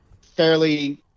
fairly